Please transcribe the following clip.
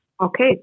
Okay